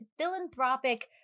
philanthropic